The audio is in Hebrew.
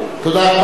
תודה רבה,